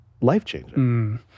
life-changing